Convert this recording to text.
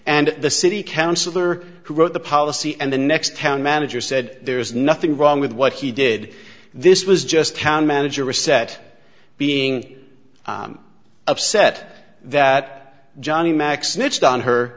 and the city councilor who wrote the policy and the next town manager said there's nothing wrong with what he did this was just town manager reset being upset that johnny mack snitched on her